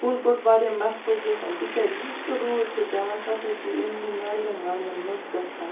کُل کوٚٹ واریاہ محفوٗظ گَژھان تکیاز یُس تہِ روٗد چھ پیٚوان سُہ ہَسا چھ یِمنٕے نالٮ۪ن والٮ۪ن مَنٛز گَژھان